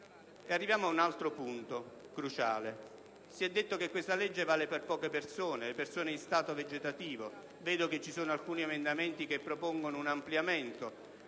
E arriviamo ad un altro punto cruciale: si è detto che questa legge vale per poche persone, quelle in stato vegetativo, ma vedo che vi sono alcuni emendamenti che ne propongono un ampliamento,